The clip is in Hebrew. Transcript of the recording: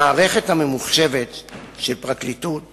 המערכת הממחושבת של הפרקליטות